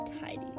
tidy